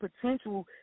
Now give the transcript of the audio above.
potential